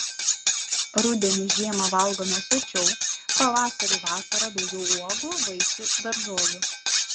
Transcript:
rudenį žiemą valgome sočiau pavasarį vasarą daugiau uogų vaisių daržovių